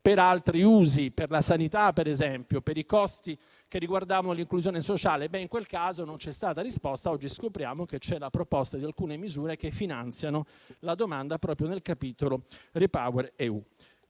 per altri usi, ad esempio per la sanità, per i costi che riguardavano l'inclusione sociale. In quel caso, non c'è stata risposta, ma oggi scopriamo che c'è la proposta di alcune misure che finanziano la domanda proprio nel capitolo REPowerEU.